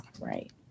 Right